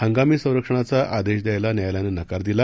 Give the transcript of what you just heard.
हंगामी संरक्षणाचा आदेश द्यायला न्यायालयानं नकार दिला